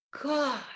God